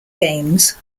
games